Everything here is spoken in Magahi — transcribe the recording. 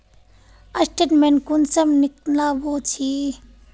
स्टेटमेंट कुंसम निकलाबो छी?